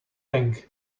thing